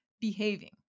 behaving